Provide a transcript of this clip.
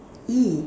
!ee!